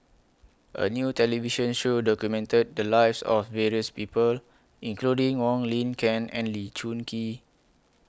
A New television Show documented The Lives of various People including Wong Lin Ken and Lee Choon Kee